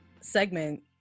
segment